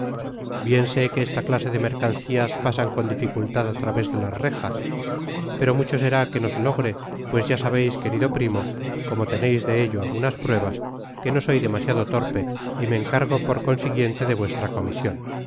bien sé que esta clase de mercancías pasan con dificultad á través de las rejas pero mucho será que no se logre pues ya sabeis querido primo como teneis de ello algunas pruebas que no soy demasiado torpe y me encargo por consiguiente de vuestra comision